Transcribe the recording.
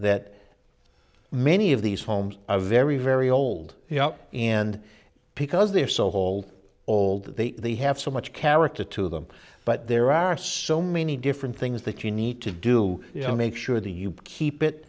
that many of these homes a very very old you know and because they're so hold old they have so much character to them but there are so many different things that you need to do you know make sure the you keep it